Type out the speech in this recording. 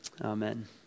Amen